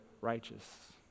righteous